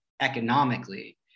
economically